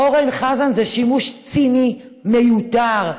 אורן חזן, זה שימוש ציני, מיותר.